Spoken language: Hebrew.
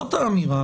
זאת האמירה.